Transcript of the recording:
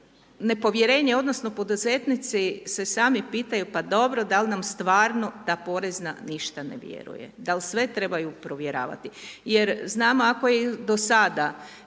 nepovjerenje odnosno poduzetnici se sami pitaju, pa dobro, dal nam stvarno ta porezna ništa ne vjeruje. Dal sve trebaju provjeravati. Jer znamo ako je do sada